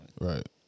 Right